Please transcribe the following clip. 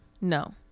no